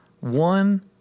one